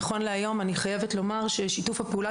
נכון להיום אני חייבת לומר ששיתוף הפעולה